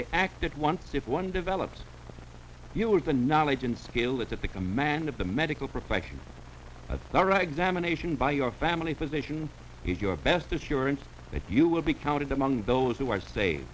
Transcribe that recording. they act at once if one develops you or the knowledge and skill is at the command of the medical profession that's all right examination by your family physician your best assurance if you will be counted among those who i say